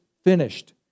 finished